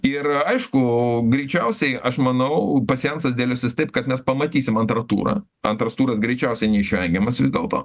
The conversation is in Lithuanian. ir aišku greičiausiai aš manau pasjansas dėliosis taip kad mes pamatysim antrą turą antras turas greičiausiai neišvengiamas vis dėlto